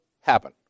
happen